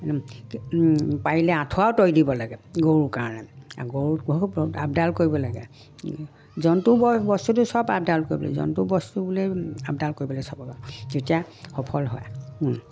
পাৰিলে আঁঠুৱাও তৰি দিব লাগে গৰুৰ কাৰণে গৰুক বহু আপডাল কৰিব লাগে জন্তু বস্তুটো চব আপডাল কৰিবলৈ জন্তু বস্তু বুলি আপডাল কৰিবলৈ চবকে যেতিয়া সফল হয়